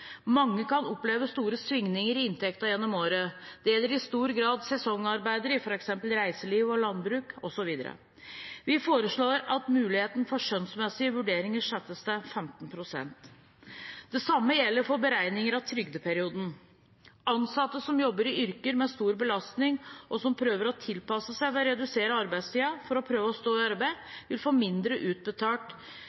Mange kan oppleve store svingninger i inntekten gjennom året. Det gjelder i stor grad sesongarbeidere i f.eks. reiseliv, landbruk osv. Vi foreslår at muligheten for skjønnsmessige vurderinger settes til 15 pst. Det samme gjelder for beregninger av trygdeperioden. Ansatte som jobber i yrker med stor belastning, og som prøver å tilpasse seg ved å redusere arbeidstida for å prøve å stå i arbeid,